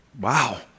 wow